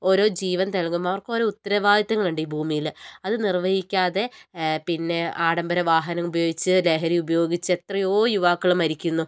ഓരോ ജീവൻ നൽകുമ്പോൾ അവർക്ക് ഓരോ ഉത്തരവാദിത്തങ്ങൾ ഉണ്ട് ഈ ഭൂമിയിൽ അത് നിർവഹിക്കാതെ പിന്നെ ആഡംബര വാഹനം ഉപയോഗിച്ച് ലഹരി ഉപയോഗിച്ച് എത്രയോ യുവാക്കൾ മരിക്കുന്നു